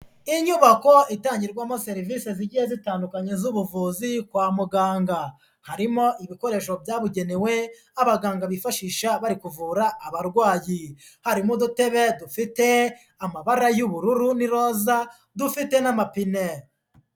Inyubako itangirwamo serivisi zigiye zitandukanye z'ubuvuzi kwa muganga, harimo ibikoresho byabugenewe abaganga bifashisha bari kuvura abarwayi, harimo udutebe dufite amabara y'ubururu n'iroza, dufite n'amapine.